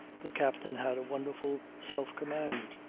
the captain had a wonderful self-command.